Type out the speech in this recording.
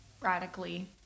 radically